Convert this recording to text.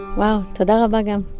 wow. toda raba gam.